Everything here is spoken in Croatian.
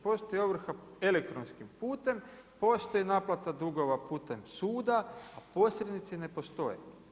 Postoji ovrha elektronskim putem, postoji naplata dugova putem suda, a posrednici ne postoje.